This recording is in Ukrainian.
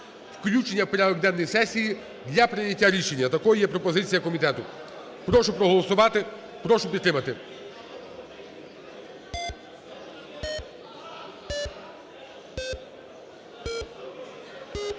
Включення в порядок денний сесії для прийняття рішення – такою є пропозиція комітету. Прошу проголосувати. Прошу підтримати.